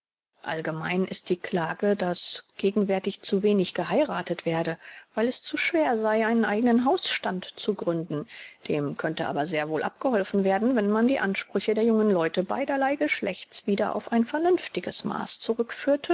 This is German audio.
allgemein ist die klage daß gegenwärtig zu wenig geheirathet werde weil es zu schwer sei einen eigenen hausstand zu gründen dem könnte aber sehr wohl abgeholfen werden wenn man die ansprüche der jungen leute beiderlei geschlechts wieder auf ein vernünftiges maß zurückführte